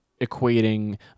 equating